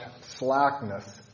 slackness